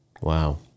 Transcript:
Wow